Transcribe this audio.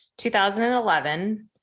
2011